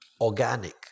organic